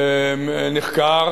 נחקר